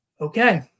okay